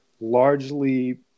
Largely